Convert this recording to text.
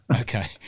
Okay